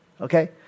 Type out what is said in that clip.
okay